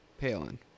Palin